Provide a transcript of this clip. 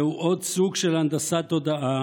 זהו עוד סוג של הנדסת תודעה,